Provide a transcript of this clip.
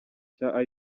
cya